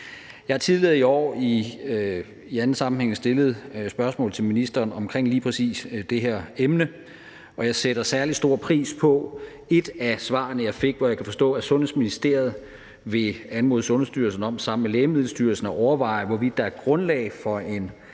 Jeg har tidligere i år i anden sammenhæng stillet spørgsmål til ministeren om lige præcis det her emne, og jeg sætter særlig stor pris på et af svarene, jeg fik, hvor jeg kan forstå, at Sundhedsministeriet vil anmode Sundhedsstyrelsen om sammen med Lægemiddelstyrelsen at overveje, hvorvidt der er grundlag for en